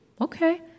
Okay